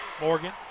Morgan